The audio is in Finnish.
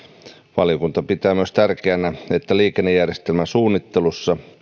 valiokunta pitää tärkeänä myös että liikennejärjestelmäsuunnittelussa